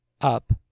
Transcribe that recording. up